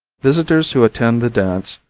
visitors who attend the dance,